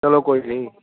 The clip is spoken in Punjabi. ਚਲੋ ਕੋਈ ਨਹੀਂ